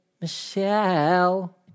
Michelle